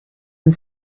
and